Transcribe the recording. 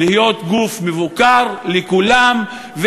להיות גוף מבוקר לכולם,